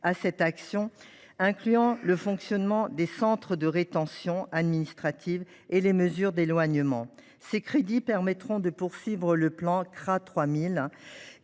à cette action, ce qui inclue le fonctionnement des centres de rétention administrative et les mesures d’éloignement. Ces crédits permettront de continuer le plan « CRA 3000